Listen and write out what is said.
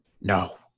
No